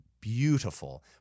beautiful